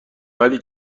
ولی